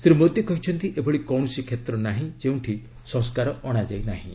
ଶୀ ମୋଦି କହିଛନ୍ତି ଏଭଳି କୌଣସି କ୍ଷେତ୍ ନାହିଁ ଯେଉଁଠି ସଂସ୍କାର ଅଣାଯାଇନାହିଁ